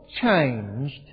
changed